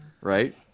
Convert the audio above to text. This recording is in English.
right